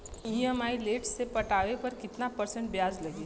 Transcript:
EMI late से पटावे पर कितना परसेंट ब्याज लगी?